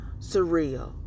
surreal